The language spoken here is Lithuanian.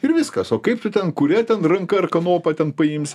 ir viskas o kaip tu ten kuria ten ranka ar kanopa ten paimsi